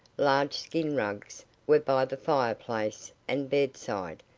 large skin rugs were by the fire-place and bedside,